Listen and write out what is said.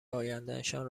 آیندهشان